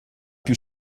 più